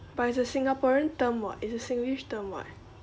but it's a singaporean term [what] it's a singlish term [what]